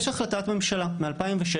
יש החלטת ממשלה מ-2016,